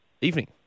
evening